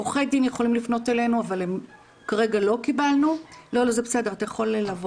עורכי דין יכולים לפנת אלינו אבל כרגע לא קיבלנו פניות כאלה.